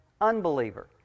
unbeliever